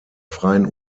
freien